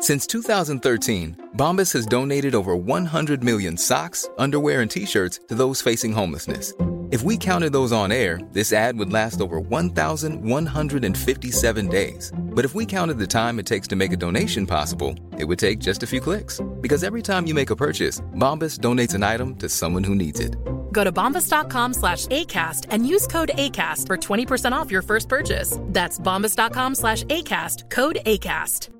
Since 2013, Bombas has donated over 100 million socks, underwear, and T-shirts to those facing homelessness. If we counted those on air, this ad would last over 1,157 days. But if we counted the time it takes to make a donation possible, it would take just a few clicks. Because every time you make a purchase, Bombas donates an item to someone who needs it. Go to bombas.com slash Acast and use code Acast for 20% off your first purchase. That's bombas.com slash Acast. Code Acast.